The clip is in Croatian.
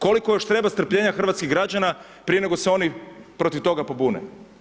Koliko još treba strpljenja hrvatskih građana prije nego se oni protiv toga pobune?